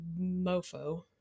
mofo